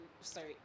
sorry